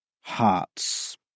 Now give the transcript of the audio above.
hearts